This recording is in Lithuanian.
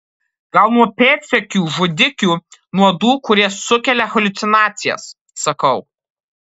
gal nuo pėdsekių žudikių nuodų kurie sukelia haliucinacijas sakau